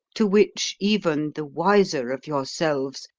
to which even the wiser of yourselves,